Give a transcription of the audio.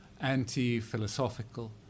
anti-philosophical